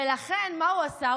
ולכן מה הוא עשה?